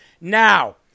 now